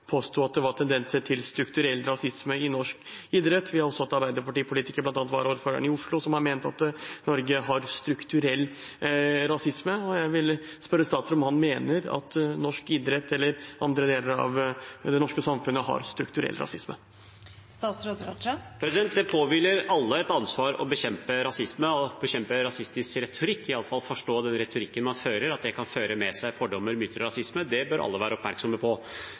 påsto at det var tendenser til strukturell rasisme i norsk idrett. Vi så også arbeiderpartipolitikere, bl.a. varaordføreren i Oslo, som har ment at Norge har strukturell rasisme. Jeg vil spørre statsråden om han mener at norsk idrett eller andre deler av det norske samfunnet har strukturell rasisme. Det påhviler alle et ansvar å bekjempe rasisme og bekjempe rasistisk retorikk, iallfall forstå den retorikken man fører, og at det kan føre med seg fordommer, myter og rasisme. Det bør alle være oppmerksom på.